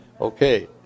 Okay